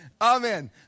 Amen